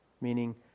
meaning